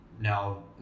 now